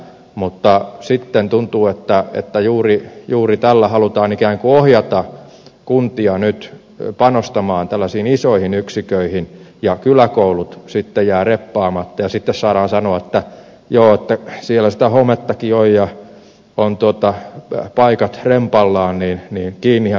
mutta sitten tuntuu että juuri tällä halutaan ikään kuin ohjata kuntia nyt panostamaan tällaisiin isoihin yksiköihin ja kyläkoulut sitten jäävät remppaamatta ja sitten saadaan sanoa että joo siellä sitä homettakin on ja on paikat rempallaan joten kiinnihän se pitää laittaa